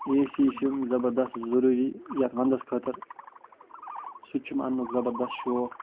A C چھِ زَبردست ضٔروٗری یَتھ ونٛدَس خٲطٕر سُہ تہِ چھُم انٛنُک زبردست شوق